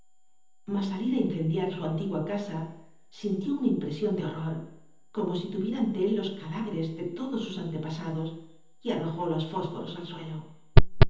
ir á incendiar su antigua casa sintió una impresión de horror como si tuviera ante él los cadáveres de todos sus antepasados y arrojó los fósforos al suelo